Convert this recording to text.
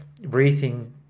breathing